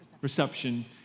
Reception